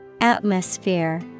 Atmosphere